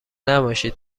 نباشید